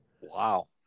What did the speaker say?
Wow